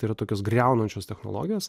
tai yra tokios griaunančios technologijos